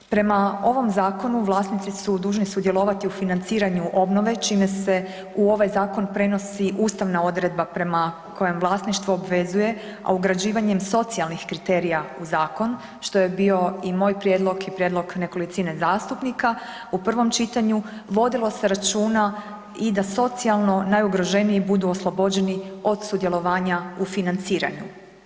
Prema ovom zakonu vlasnici su dužni sudjelovati u financiranju obnove čime se u ovaj zakon prenosi ustavna odredba prema kojem vlasništvo obvezuje, a ugrađivanjem socijalnih kriterija u zakon, što je bio i moj prijedlog i prijedlog nekolicine zastupnika u prvom čitanju, vodilo se računa i da socijalno najugroženiji budu oslobođeni od sudjelovanja u financiranju.